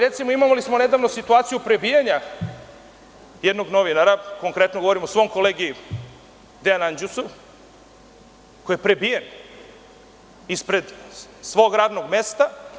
Recimo, imali smo redovno situaciju prebijanja jednog novinara, konkretno govorim o svom kolegi Dejanu Anđusu, koji je prebijen ispred svog radnog mesta.